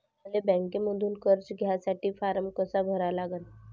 मले बँकेमंधून कर्ज घ्यासाठी फारम कसा भरा लागन?